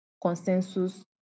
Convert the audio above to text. Consensus